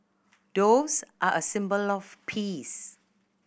doves are a symbol of peace